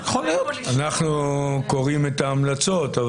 אנחנו קוראים את ההמלצות,